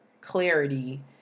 clarity